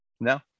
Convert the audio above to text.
No